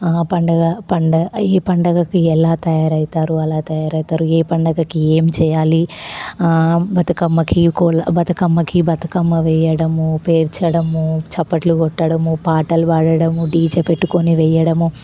పండుగ పండుగ ఈ పండుగకి ఎలా తయారు అవుతారు అలా తయారు అవుతారు ఏ పండుగకి ఏం చేయాలి బతుకమ్మకి బతుకమ్మకి బతుకమ్మ వేయడం పేర్చడము చప్పట్లు కొట్టడము పాటలు పాడడము డీజే పెట్టుకుని వేయడము